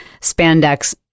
spandex